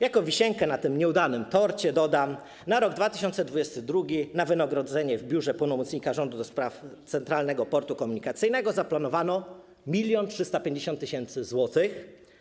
Jako wisienkę na tym nieudanym torcie dodam, że na rok 2022 na wynagrodzenia w Biurze Pełnomocnika Rządu do spraw Centralnego Portu Komunikacyjnego zaplanowano 1 350 tys. zł.